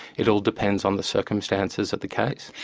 it all depends on the circumstances of the case.